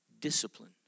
discipline